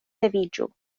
leviĝu